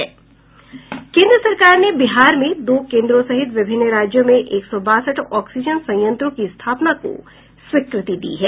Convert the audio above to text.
केन्द्र सरकार ने बिहार में दो केंद्रों सहित विभिन्न राज्यों में एक सौ बासठ ऑक्सीजन संयंत्रों की स्थापना को स्वीकृति दी है